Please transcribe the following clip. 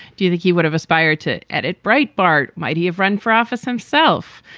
do you think he would have aspired to edit breitbart? might he have run for office himself?